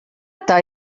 eta